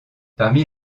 parmi